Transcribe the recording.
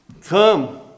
Come